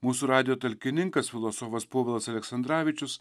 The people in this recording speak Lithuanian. mūsų radijo talkininkas filosofas povilas aleksandravičius